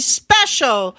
special